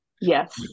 yes